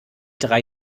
drei